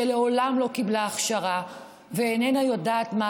שלעולם לא קיבלה הכשרה ואיננה יודעת מה